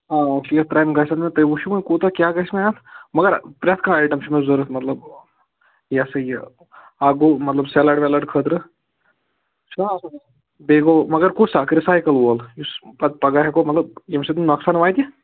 آ شیٖتھ ترٛامہِ گَژھَن مےٚ تُہۍ وُچھِو وۅنۍ کوٗتاہ کیٛاہ گَژھِ وۅنۍ اَتھ مَگر پرٛتھ پرٛتھ کانٛہہ اَٹیم چھُ مےٚ ضروٗرت مطلب یہِ ہسا یہِ اَکھ گوٚو مطلب سیلِڈ ویلِڈ خٲطرٕ چھُناہ آسان بیٚیہِ گوٚو مَگر کُس اَکھ رِسایکٕل وول یُس پَتہٕ پَگاہ ہیٚکو مطلب ییٚمہِ سٍتۍ نہٕ نۅقصان واتہِ